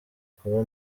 kuba